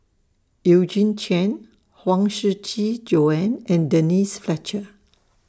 Eugene Chen Huang Shiqi Joan and Denise Fletcher